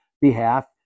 behalf